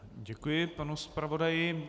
Děkuji panu zpravodaji.